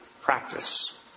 practice